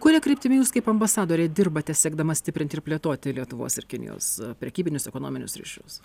kuria kryptimi jūs kaip ambasadorė dirbate siekdama stiprinti ir plėtoti lietuvos ir kinijos prekybinius ekonominius ryšius